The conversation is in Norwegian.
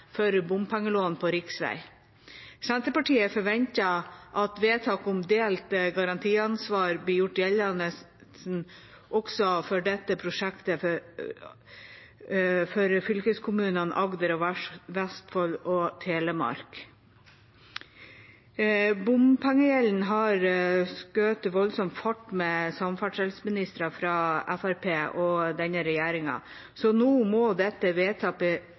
for bompengelån på riksvei. Senterpartiet forventer at vedtak om delt garantiansvar blir gjort gjeldende også for dette prosjektet for fylkeskommunene Agder og Vestfold og Telemark. Bompengegjelden har skutt voldsomt fart med samferdselsministre fra Fremskrittspartiet og denne regjeringen. Nå må